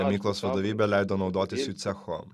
gamyklos vadovybė leido naudotis jų cechu